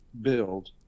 build